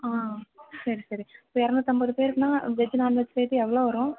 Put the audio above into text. ஆ சரி சரி இறநூத்தம்பது பேருக்குனா வெஜ் நான்வெஜ் சேர்த்து எவ்வளோ வரும்